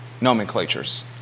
nomenclatures